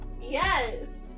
Yes